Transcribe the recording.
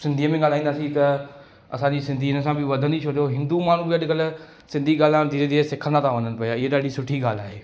सिंधीअ में ॻाल्हाईंदासीं त असांजी सिंधी इन सां बि वधंदी छो जो हिंदू माण्हू बि अॼुकल्ह सिंधी ॻाल्हाइणु धीरे धीरे सिखंदा था वञनि पिया ईअं ॾाढी सुठी ॻाल्हि आहे